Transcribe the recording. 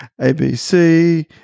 ABC